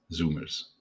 Zoomers